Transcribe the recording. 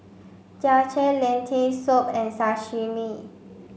Japchae Lentil soup and Sashimi